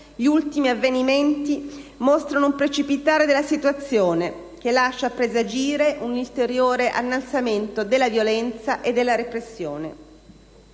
gli ultimi avvenimenti mostrano un precipitare della situazione, che lascia presagire un ulteriore innalzamento della violenza e della repressione.